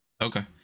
Okay